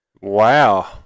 Wow